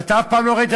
ואתה אף פעם לא ראית,